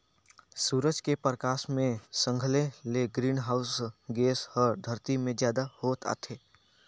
सूरज के परकास मे संघले ले ग्रीन हाऊस गेस हर धरती मे जादा होत जाथे